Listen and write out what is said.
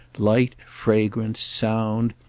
light, fragrance, sound,